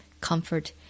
comfort